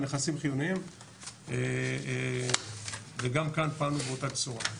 נכסים חיוניים וגם כאן פעלנו באותה צורה.